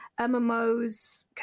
MMOs